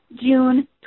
June